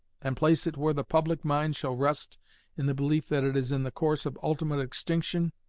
and place it where the public mind shall rest in the belief that it is in the course of ultimate extinction,